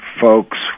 folks